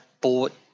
bought